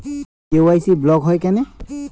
KYC block হয় কেনে?